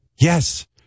Yes